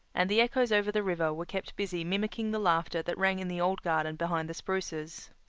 and the echoes over the river were kept busy mimicking the laughter that rang in the old garden behind the spruces.